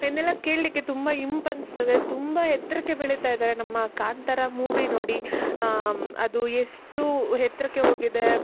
ಇದನ್ನೆಲ್ಲ ಕೇಳಲಿಕ್ಕೆ ತುಂಬ ಇಂಪು ಅನಿಸ್ತದೆ ತುಂಬ ಎತ್ತರಕ್ಕೆ ಬೆಳಿತಾ ಇದ್ದಾರೆ ನಮ್ಮ ಕಾಂತಾರ ಮೂವಿ ನೋಡಿ ಅದು ಎಷ್ಟು ಎತ್ತ್ರಕ್ಕೆ ಹೋಗಿದೆ